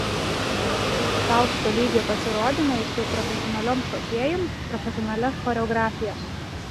tai bus aukšto lygio pasirodymai su profesionaliom šokėjom profesionalia choreografija